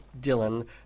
Dylan